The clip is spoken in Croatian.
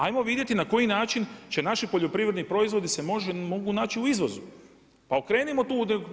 Hajmo vidjeti na koji način će naši poljoprivredni proizvodi se mogu naći u izvozu, pa okrenimo tu.